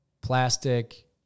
plastic